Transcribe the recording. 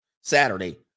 Saturday